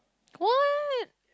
what